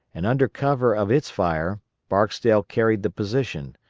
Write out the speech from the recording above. and under cover of its fire barksdale carried the position,